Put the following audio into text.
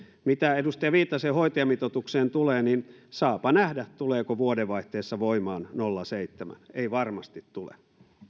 mitä edustaja viitasen hoitajamitoitukseen tulee niin saapa nähdä tuleeko vuodenvaihteessa voimaan nolla pilkku seitsemän ei varmasti tule